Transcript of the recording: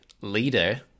leader